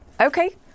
Okay